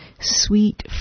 sweet